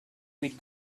with